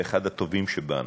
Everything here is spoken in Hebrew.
ואחד הטובים שבנו,